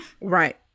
Right